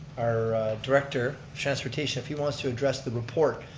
our director transportation, if he wants to address the report.